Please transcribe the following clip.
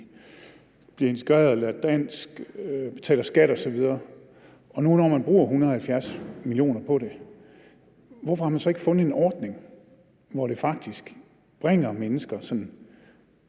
bliver integreret, lærer dansk, betaler skat osv., og når man bruger 170 mio. kr. på det, hvorfor har man så ikke fundet en ordning, som faktisk bringer mennesker i